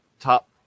top